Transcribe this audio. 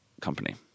company